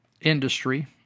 industry